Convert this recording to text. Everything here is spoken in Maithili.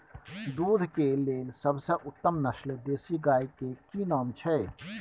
दूध के लेल सबसे उत्तम नस्ल देसी गाय के की नाम छै?